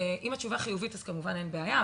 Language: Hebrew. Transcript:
ואם היא חיובית אז כמובן אין בעיה,